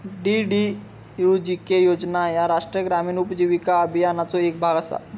DDUGK योजना ह्या राष्ट्रीय ग्रामीण उपजीविका अभियानाचो येक भाग असा